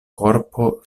korpo